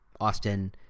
Austin